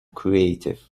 creative